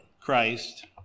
Christ